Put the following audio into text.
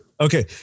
Okay